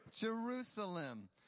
Jerusalem